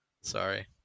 Sorry